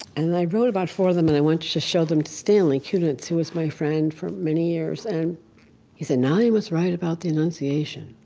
and i wrote about four of them, and i went to show them to stanley kunitz, who was my friend for many years. and he said, now you must write about the annunciation.